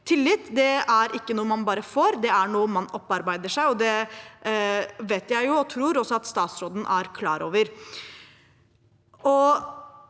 Tillit er ikke noe man bare får, det er noe man opparbeider seg. Det vet jeg at også statsråden er klar over.